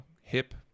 hip